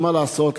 מה לעשות,